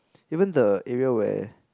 even the area where